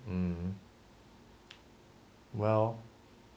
um well